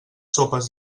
sopes